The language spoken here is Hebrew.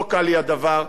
לא קל לי הדבר.